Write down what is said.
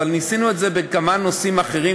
אבל ניסינו את זה בכמה נושאים אחרים,